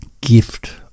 gift